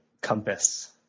compass